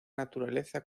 naturaleza